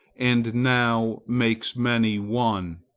and now makes many one.